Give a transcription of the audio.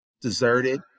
deserted